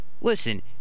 Listen